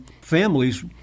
families